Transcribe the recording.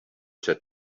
said